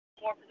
more